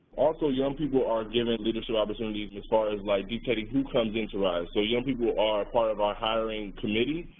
also, young people are given leadership opportunities as far as like dictating who comes in to ryse, so young people are part of our hiring committee.